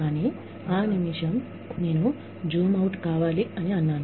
కానీ ఆ నిమిషం నేను జూమ్ అవుట్ కావాలి అని అన్నాను